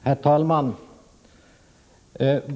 Herr talman!